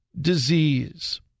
disease